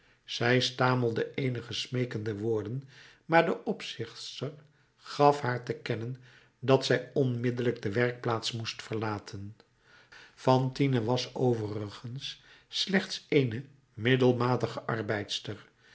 zij stamelde eenige smeekende woorden maar de opzichtster gaf haar te kennen dat zij onmiddellijk de werkplaats moest verlaten fantine was overigens slechts eene middelmatige arbeidster